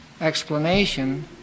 explanation